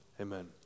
Amen